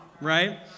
Right